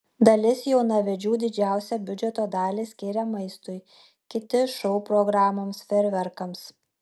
dalis jaunavedžių didžiausią biudžeto dalį skiria maistui kiti šou programoms fejerverkams